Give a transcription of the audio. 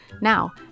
Now